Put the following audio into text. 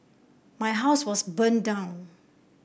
my house was burned down